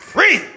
Free